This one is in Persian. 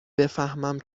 بفهمم